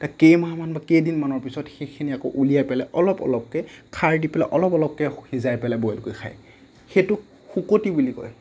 কেইদিনমান বা কেইমাহমানৰ পিছত সেইখিনি আকৌ উলিয়াই পেলাই অলপ অলপকৈ খাৰ দি পেলাই অলপ অলপকৈ সিজাই বইল কৰি পেলাই খায় সেইটোক শুকতি বুলি কয়